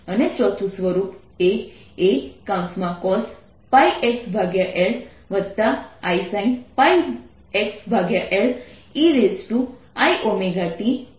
અને ચોથું સ્વરૂપ એ A cos πxL isin πxL eiωt છે